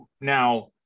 now